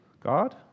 God